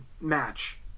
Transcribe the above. match